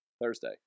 Thursday